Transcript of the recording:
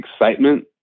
excitement